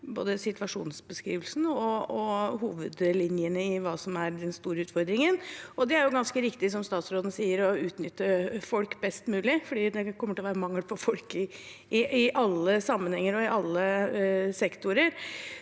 både situasjonsbeskrivelsen og hovedlinjene i hva som er den store utfordringen. Det er som statsråden sier, ganske viktig å utnytte folk best mulig, for det kommer til å være mangel på folk i alle sammenhenger og i alle sektorer.